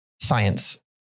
science